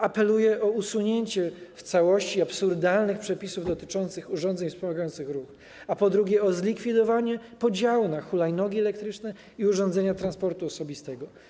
Apeluję o usunięcie w całości absurdalnych przepisów dotyczących urządzeń wspomagających ruch oraz o zlikwidowanie podziału na hulajnogi elektryczne i urządzenia transportu osobistego.